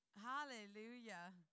Hallelujah